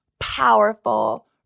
powerful